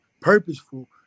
purposeful